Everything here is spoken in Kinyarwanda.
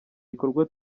gikorwa